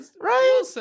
Right